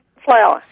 Flower